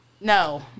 No